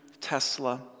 Tesla